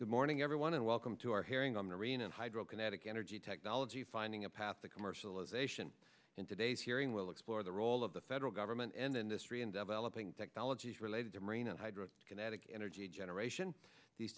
good morning everyone and welcome to our hearing on the arena hydro kinetic energy technology finding a path to commercialization in today's hearing will explore the role of the federal government and industry in developing technologies related to marine and hydro kinetic energy generation these